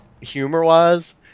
humor-wise